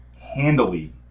handily